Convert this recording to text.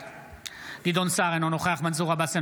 בעד גדעון סער, אינו נוכח מנסור עבאס,